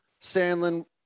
Sandlin